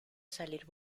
salir